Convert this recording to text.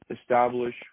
establish